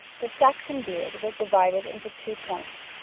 the saxon beard was divided into two points.